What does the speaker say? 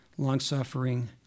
long-suffering